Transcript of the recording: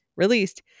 released